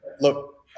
look